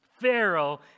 Pharaoh